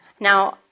Now